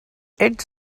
ets